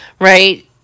Right